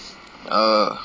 err